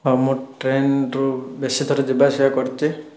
ହଁ ମୁଁ ଟ୍ରେନ୍ରୁ ବେଶୀଥର ଯିବାଆସିବା କରିଛି